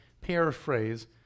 paraphrase